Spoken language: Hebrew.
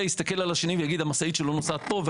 יסתכל על השני ויגיד המשאית שלו נוסעת פה.